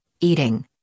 eating